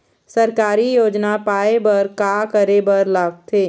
सरकारी योजना पाए बर का करे बर लागथे?